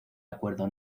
acuerdo